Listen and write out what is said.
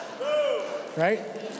Right